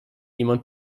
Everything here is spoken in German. jemand